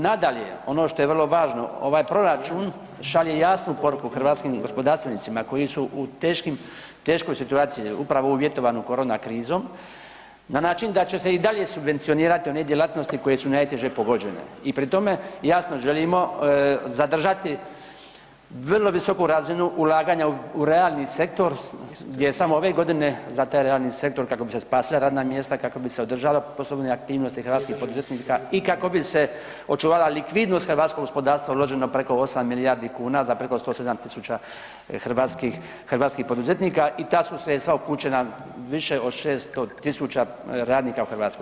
Nadalje, ono što je vrlo važno ovaj proračun šalje jasnu poruku hrvatskim gospodarstvenicima koji u teškim, u teškoj situaciji upravo uvjetovanoj korona krizom na način da će se i dalje subvencionirati one djelatnosti koje su najteže pogođene i pri tome jasno želimo zadržati vrlo visoku razinu ulaganja u realni sektor, gdje se samo ove godine za taj realni sektor kako bi se spasila radna mjesta, kako bi se održale poslovne aktivnosti hrvatskih poduzetnika i kako bi se očuvala likvidnost hrvatskog gospodarstva uloženo preko 8 milijardi kuna za preko 107.000 hrvatskih, hrvatskih poduzetnika i ta su sredstva upućena više od 600.000 radnika u Hrvatskoj.